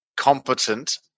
competent